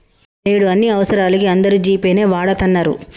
నేడు అన్ని అవసరాలకీ అందరూ జీ పే నే వాడతన్నరు